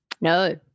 No